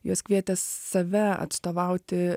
jos kvietėsi save atstovauti